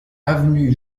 avenue